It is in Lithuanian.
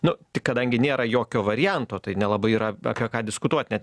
nu tik kadangi nėra jokio varianto tai nelabai yra apie ką diskutuot net